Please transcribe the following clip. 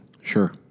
sure